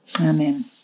Amen